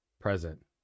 present